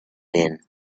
din